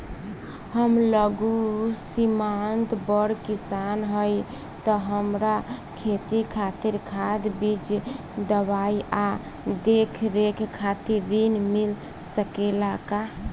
हम लघु सिमांत बड़ किसान हईं त हमरा खेती खातिर खाद बीज दवाई आ देखरेख खातिर ऋण मिल सकेला का?